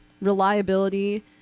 reliability